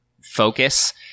focus